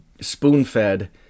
spoon-fed